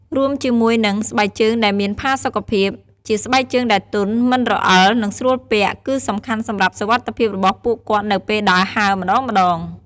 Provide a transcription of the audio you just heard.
រួមជាមួយនឹង ស្បែកជើងដែលមានផាសុកភាព ជាស្បែកជើងដែលទន់ មិនរអិល និងស្រួលពាក់ គឺសំខាន់សម្រាប់សុវត្ថិភាពរបស់ពួកគាត់នៅពេលដើរហើរម្តងៗ។